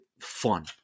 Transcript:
fun